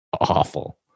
awful